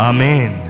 Amen